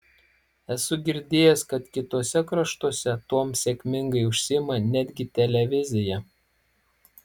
esu girdėjęs kad kituose kraštuose tuom sėkmingai užsiima netgi televizija